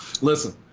listen